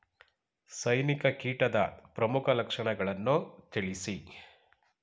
ಸೈನಿಕ ಕೀಟದ ಪ್ರಮುಖ ಲಕ್ಷಣಗಳನ್ನು ತಿಳಿಸಿ?